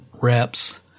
reps